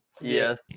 Yes